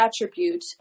attribute